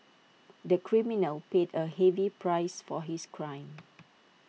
the criminal paid A heavy price for his crime